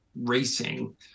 racing